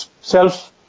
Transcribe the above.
self-